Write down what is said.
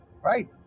Right